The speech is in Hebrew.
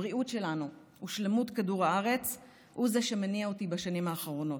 הבריאות שלנו ושלמות כדור הארץ הוא זה שמניע אותי בשנים האחרונות.